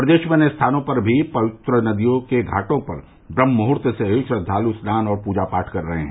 प्रदेश में अन्य स्थानों पर भी पवित्र नदियों के घाटो पर ब्रम्हमुहूर्त से ही श्रद्वालु स्नान और पूजा पाठ कर रहे हैं